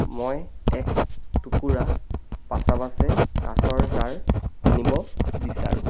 মই এক টুকুৰা পাচাবাচে কাঁচৰ জাৰ কিনিব বিচাৰোঁ